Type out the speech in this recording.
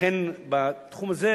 לכן בתחום הזה,